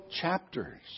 chapters